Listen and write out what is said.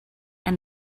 and